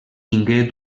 tingué